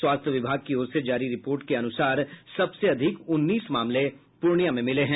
स्वास्थ्य विभाग की ओर से जारी रिपोर्ट के अनुसार सबसे अधिक उन्नीस मामले पूर्णियां में मिले हैं